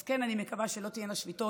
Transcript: אז כן, אני מקווה שלא תהיינה שביתות.